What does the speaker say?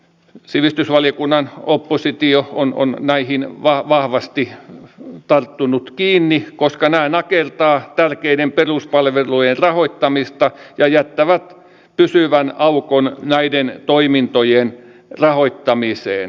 sivistysvaliokunnan oppositio on näihin vahvasti tarttunut kiinni koska nämä nakertavat tärkeiden peruspalveluiden rahoittamista ja jättävät pysyvän aukon näiden toimintojen rahoittamiseen